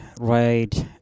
right